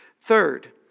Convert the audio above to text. Third